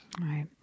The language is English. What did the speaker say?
Right